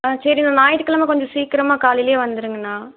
ஆ சரிண்ணா ஞாயிற்றுக்கிழம கொஞ்சம் சீக்கிரமாக காலைலயே வந்துருங்க அண்ணா